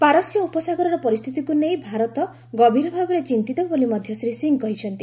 ପାରସ୍ୟ ଉପସାଗରର ପରିସ୍ଥିତିକୁ ନେଇ ଭାରତ ଗଭୀର ଭାବରେ ଚିନ୍ତିତ ବୋଲି ମଧ୍ୟ ଶ୍ରୀ ସିଂ କହିଛନ୍ତି